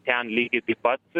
ten lygiai taip pat